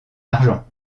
argent